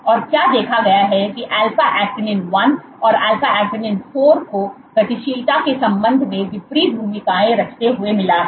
और क्या देखा गया है कि अल्फा एक्टिनिन 1 और अल्फा एक्टिनिन 4 को गतिशीलता के संबंध में विपरीत भूमिकाएं रचते हुए मिले हैं